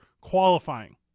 qualifying